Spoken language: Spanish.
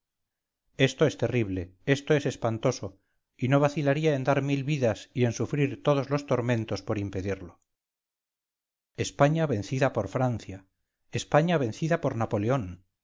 esto es terrible esto es espantoso y no vacilaría en dar mil vidas y en sufrir todos los tormentos por impedirlo españa vencida por francia españa vencida por napoleón